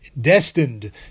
destined